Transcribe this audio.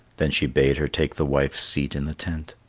then she bade her take the wife's seat in the tent.